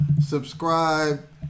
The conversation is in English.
Subscribe